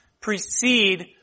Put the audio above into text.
precede